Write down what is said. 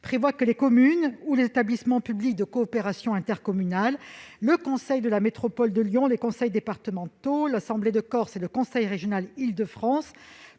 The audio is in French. prévoit que les communes ou les établissements publics de coopération intercommunale, le conseil de la métropole de Lyon, les conseils départementaux, l'Assemblée de Corse et le conseil régional de la